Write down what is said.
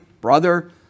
brother